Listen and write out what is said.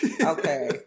okay